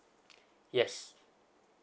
yes